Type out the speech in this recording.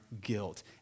guilt